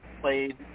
played